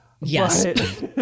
yes